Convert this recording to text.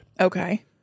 Okay